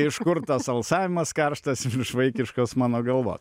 iš kur tas alsavimas karštas vaikiškos mano galvos